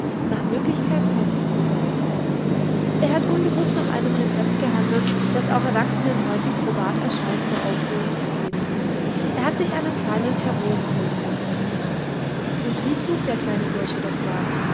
nach möglichkeit süßes zu saugen er hat unbewußt nach einem rezept gehandelt das auch erwachsenen häufig probat erscheint zur aufhöhung des lebens er hat sich einen kleinen heronkult eingerichtet und wie klug der kleine bursche doch war